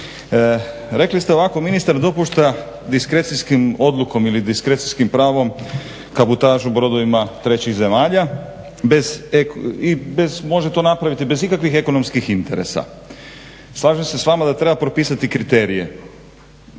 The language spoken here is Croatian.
Rekli ste ovako, ministar dopušta diskrecijskim odlukom ili diskrecijskim pravom kabotažu brodovima trećih zemalja bez i bez, može to napraviti bez ikakvih ekonomskih interesa. Slažem se s vama da treba propisati kriterije.